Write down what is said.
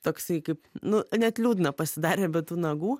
toksai kaip nu net liūdna pasidarė be tų nagų